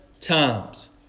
times